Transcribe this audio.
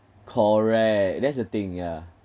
correct that's the thing ya